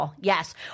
yes